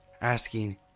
asking